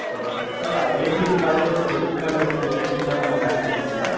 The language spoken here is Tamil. சரிங்க sir sir ATM card debit card ஃபெசிலிட்டிஸ்லாம் நம்ம பேங்கில் இருக்குங்களா